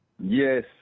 Yes